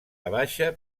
baixa